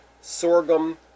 sorghum